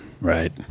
Right